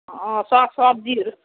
अँ स सब्जीहरू